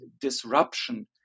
disruption